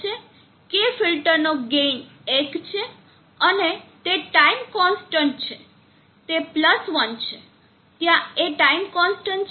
K ફિલ્ટરનો gain એક છે અને તે ટાઇમ કોન્સ્ટન્ટ છે તે 1 છે જ્યાં એ ટાઇમ કોન્સ્ટન્ટ છે